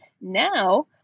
Now